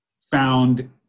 found